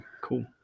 cool